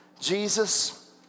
Jesus